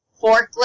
Forklift